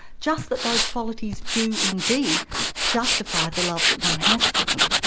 just that those qualities do indeed justify the love that one has for them.